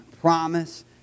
promise